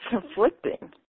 Conflicting